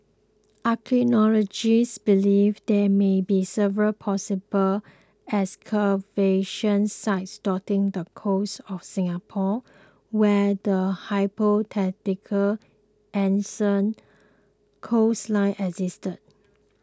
archaeologists believe there may be several possible excavation sites dotting the coast of Singapore where the hypothetical ancient coastline existed